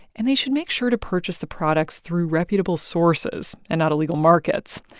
and they should make sure to purchase the products through reputable sources and not illegal markets.